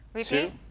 two